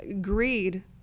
greed